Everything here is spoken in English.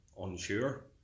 unsure